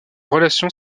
relation